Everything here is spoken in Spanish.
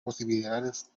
posibilidades